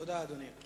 תודה, אדוני.